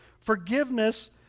Forgiveness